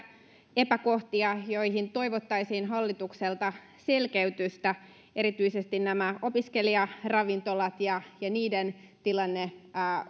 epäkohtia joihin toivottaisiin hallitukselta selkeytystä erityisesti opiskelijaravintolat ja ja niiden tilanne